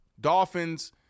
Dolphins